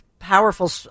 Powerful